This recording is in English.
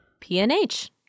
PNH